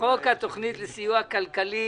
חוק התוכנית לסיוע כלכלי.